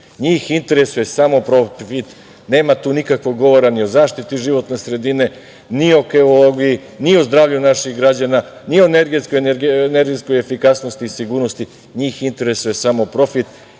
Njih interesuje samo profit, nema tu nikakvog govora ni o zaštiti životne sredine, ni o ekologiji, ni o zdravlju naših građana, ni o energetskoj efikasnosti i sigurnosti, njih interesuje samo profit.